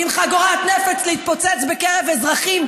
לא מתפוצצים בקרב אוכלוסייה חיה.